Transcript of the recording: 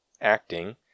acting